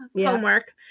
homework